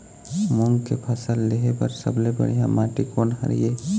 मूंग के फसल लेहे बर सबले बढ़िया माटी कोन हर ये?